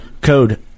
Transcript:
code